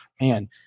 man